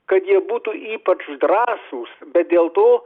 kad jie būtų ypač drąsūs bet dėl to